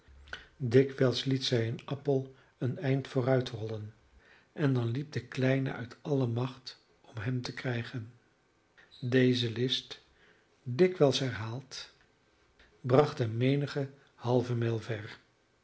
dikwijls liet zij een appel een eind vooruitrollen en dan liep de kleine uit alle macht om hem te krijgen deze list dikwijls herhaald bracht hem menige halve